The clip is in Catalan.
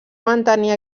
mantenir